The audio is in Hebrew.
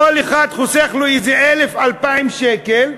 כל אחד חוסך לו איזה 1,000, 2,000 שקל,